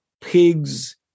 pigs